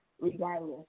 regardless